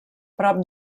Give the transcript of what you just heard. prop